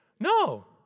No